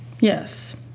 Yes